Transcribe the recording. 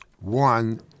One